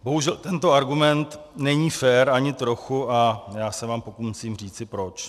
Bohužel tento argument není fér ani trochu a já se vám pokusím říci proč.